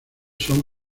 son